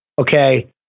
okay